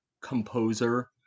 composer